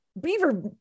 beaver